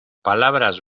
palabras